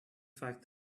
fact